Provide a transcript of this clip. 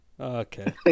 Okay